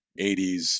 80s